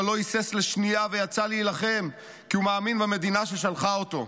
אבל לא היסס לשנייה ויצא להילחם כי הוא מאמין במדינה ששלחה אותו.